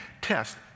Test